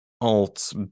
alt